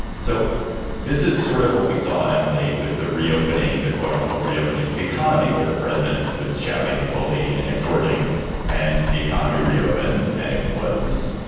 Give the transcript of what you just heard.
so this is sort of what we saw, emily, with the reopening, the quote unquote reopening of the economy where the president was shouting and bullying and exhorting and the economy reopened. and it was